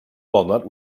walnut